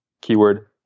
keyword